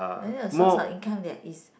like that the source of income that is